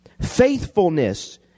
faithfulness